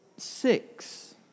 Six